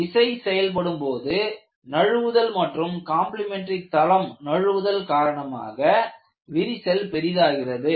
விசை செயல்படும் போது நழுவுதல் மற்றும் கம்பிளிமெண்டரி தளம் நழுவுதல் காரணமாக விரிசல் பெரிதாகிறது